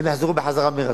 הם יחזרו מרצון.